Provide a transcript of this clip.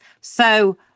So-